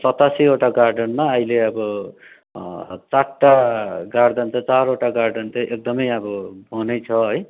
सतासीवटा गार्डनमा अहिले अब चारवटा गार्डन त चारवटा गार्डन चाहिँ एकदमै अब बन्दै छ है